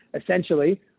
essentially